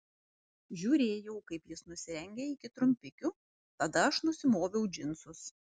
žiūrėjau kaip jis nusirengia iki trumpikių tada aš nusimoviau džinsus